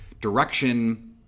direction